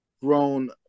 grown